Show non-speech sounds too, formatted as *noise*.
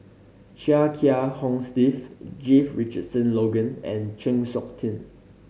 Chia Kiah Hong Steve *unintelligible* Richardson Logan and Chng Seok Tin